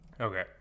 Okay